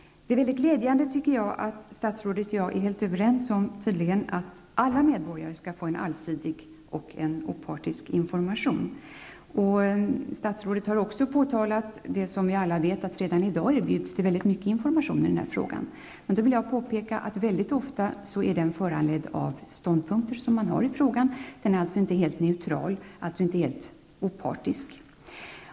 Det är mycket glädjande att statsrådet och jag tydligen är helt överens om att alla medborgare skall få en allsidig och opartisk information. Statsrådet påpekar också det som vi alla vet, nämligen att det redan i dag erbjuds väldigt mycket information i den här frågan. Jag vill då påpeka att denna information mycket ofta är föranledd av ståndpunkter som de som lämnar informationen har i frågan -- den är alltså inte helt neutral, inte helt opartisk.